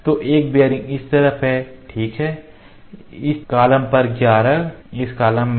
तो एक बियरिंग इस तरफ है ठीक है एक इस कॉलम पर 11 इस कॉलम में